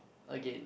again